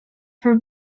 for